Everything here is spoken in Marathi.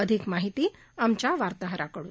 अधिक माहिती आमच्या वार्ताहराकड्न